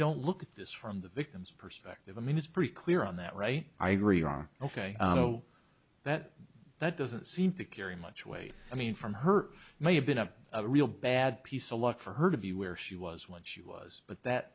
don't look at this from the victim's perspective i mean it's pretty clear on that right i agree on ok so that that doesn't seem to carry much weight i mean from her may have been a real bad piece a lot for her to be where she was once you was but that